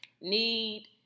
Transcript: need